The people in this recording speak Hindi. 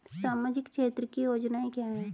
सामाजिक क्षेत्र की योजनाएं क्या हैं?